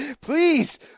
Please